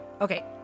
Okay